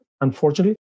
unfortunately